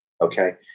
Okay